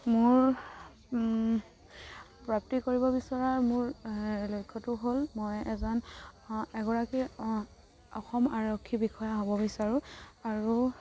মোৰ প্ৰাপ্তি কৰিব বিচৰাৰ মোৰ লক্ষ্যটো হ'ল মই এজন এগৰাকী অসম আৰক্ষী বিষয়া হ'ব বিচাৰোঁ আৰু